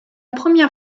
première